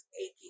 aching